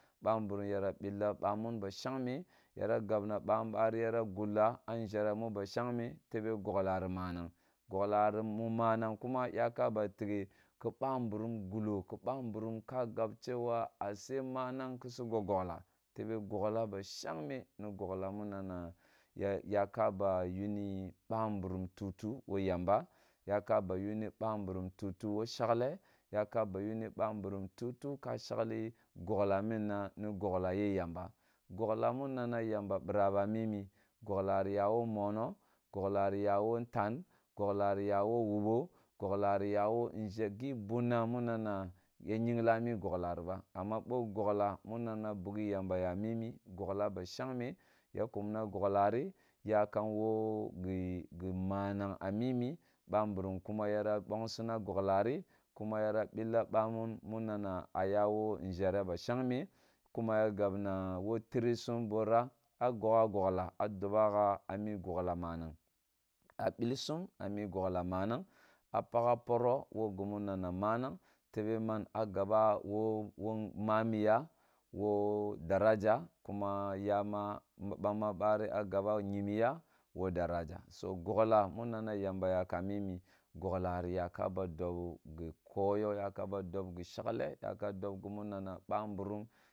Bamaburum yara billa bumum ba shangme yara gabna banbari yara gulla a nʒhere mu ba shangme tebe gogla ri manang gogla ri mu manag kuma ya ka ba tegher tei ba mburum gullo ki ba mburumun ka gab shewa ashe manang kisu gog gogle tebe gogla ba shabme ni gogla mi na na ya yaka ba yiwu bamaburum tutu loo yamba yaka ba iyuni bamburun tutu wo shagle yaka ba yini bamburum tutu ka shagli gogla mmna ne gogla ye yamba, gogla ri yawo mobo gogle ri ya wo ntan gogla ri yawo wuba gogla ri yawo nze nʒe giunna munana ya yengla mi gogla ri ba amma bo gogla muna na bighi yamba ya mimi gogla ba shangme ya tuk na gogla ri ya kum wo gige mananf a mimi bamburum kuma yara bongsina gogla ri kuma yara billa bamun mumana a yawo nʒhere ba shangme tuma ya gabna wo tiri sum bora a goghe gogla a dobe gha a mi gogla manang a bil sum a mi gogla mananf a pagha piro wo gumu nana manang tebe man a gaba wo wo mami ya wo deraja kuma ya ma bamma bari a gaba nyimi ya wo daraja so gogla muna na yamba ya kama mimi gogla ri yakaba dob gi koyo yaka ba dob gi shongle ya ka ba dob gima nana bamburum